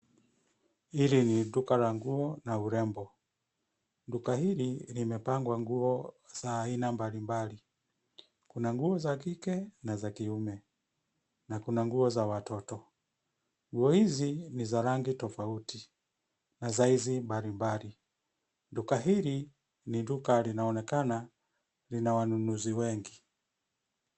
Hili ni duka la nguo na urembo. Duka hili limepangwa nguo za aina mbalimbali. Kuna nguo za kike na za kiume, na kuna nguo za watoto. Nguo hizi ni za rangi tofauti na saizi mbalimbali. Duka hili ni duka linaonekana lina wanunuzi wengi.